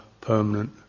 permanent